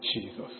Jesus